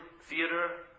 theater